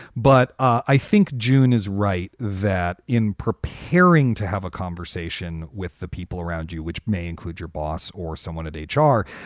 but i think june is right that in preparing to have a conversation with the people around you, which may include your boss or someone at h r,